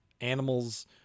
animals